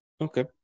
okay